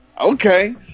Okay